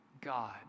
God